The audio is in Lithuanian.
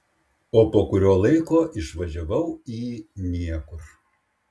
o po kurio laiko išvažiavau į niekur